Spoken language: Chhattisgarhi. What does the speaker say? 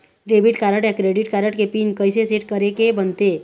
डेबिट कारड या क्रेडिट कारड के पिन कइसे सेट करे के बनते?